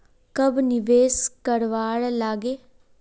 कब निवेश करवार लागे?